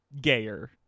gayer